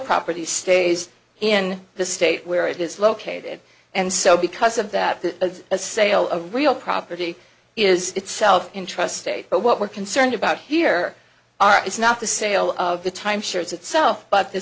property stays in the state where it is located and so because of that the a sale a real property is itself in trust state but what we're concerned about here are is not the sale of the timeshare itself but the